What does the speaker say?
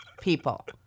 people